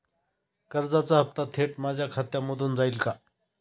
कर्जाचा हप्ता थेट माझ्या खात्यामधून जाईल का?